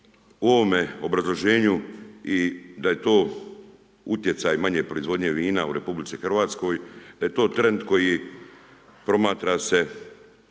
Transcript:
u ovome obrazloženju i da je to utjecaj manje proizvodnje vina u RH, da je to trend koji promatra se